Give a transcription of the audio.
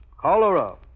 Cholera